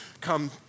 come